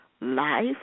life